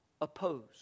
opposed